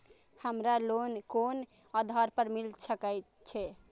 हमरा लोन कोन आधार पर मिल सके छे?